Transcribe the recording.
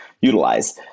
utilize